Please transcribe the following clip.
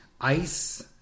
Ice